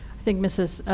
think mrs.